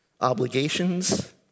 obligations